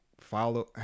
follow